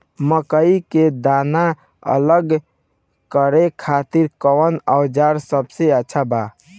मकई के दाना अलग करे खातिर कौन औज़ार सबसे अच्छा बा?